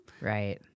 Right